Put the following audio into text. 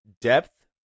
Depth